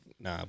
Nah